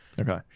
Okay